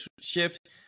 shift